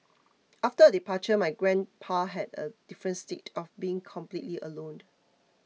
after her departure my grandpa had a different state of being completely alone